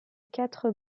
quatre